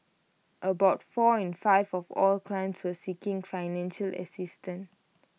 about four in five of all clients were seeking financial assistance